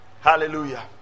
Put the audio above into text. hallelujah